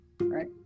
right